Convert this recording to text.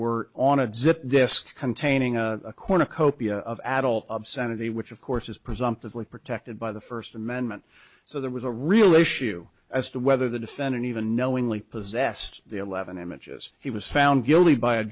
were on a visit disk containing a cornucopia of adult obscenity which of course is presumptively protected by the first amendment so there was a real issue as to whether the defendant even knowingly possessed the eleven images he was found guilty by a